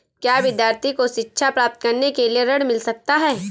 क्या विद्यार्थी को शिक्षा प्राप्त करने के लिए ऋण मिल सकता है?